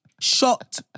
Shot